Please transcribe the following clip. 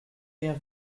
rien